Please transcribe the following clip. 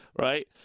right